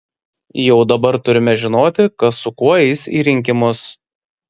jau dabar turime žinoti kas su kuo eis į rinkimus